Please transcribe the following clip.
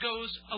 goes